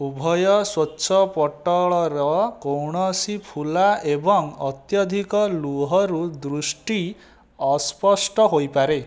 ଉଭୟ ସ୍ୱଚ୍ଛପଟ୍ଟଳର କୌଣସି ଫୁଲା ଏବଂ ଅତ୍ୟଧିକ ଲୁହରୁ ଦୃଷ୍ଟି ଅସ୍ପଷ୍ଟ ହୋଇପାରେ